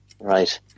Right